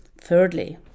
Thirdly